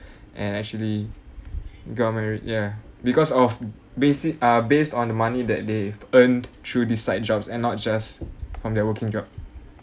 and actually got married ya because of basi~ ah based on the money that they've earned through these side jobs and not just from their working job